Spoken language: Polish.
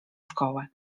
szkołę